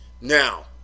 now